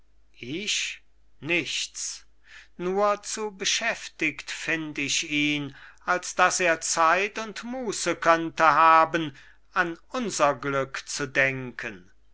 ich nichts nur zu beschäftigt find ich ihn als daß er zeit und muße könnte haben an unser glück zu denken